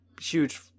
huge